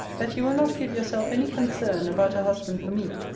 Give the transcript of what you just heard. that you will not give yourself any concern about a husband for me,